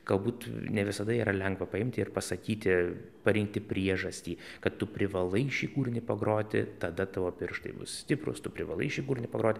galbūt ne visada yra lengva paimti ir pasakyti parinkti priežastį kad tu privalai šį kūrinį pagroti tada tavo pirštai bus stiprūs tu privalai šį kūrinį pagroti